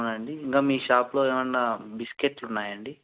అవునండి ఇంకా మీ షాపులో ఏమైనా బిస్కెట్లు ఉన్నాయండి